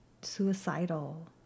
suicidal